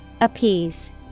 Appease